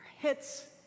hits